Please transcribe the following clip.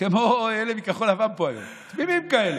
כמו אלה מכחול לבן פה היום, תמימים כאלה.